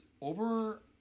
over